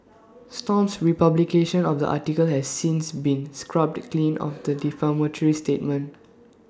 stomp's republication of the article has since been scrubbed clean of the defamatory statement